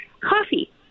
coffee